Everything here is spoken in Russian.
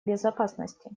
безопасности